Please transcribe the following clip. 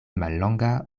mallonga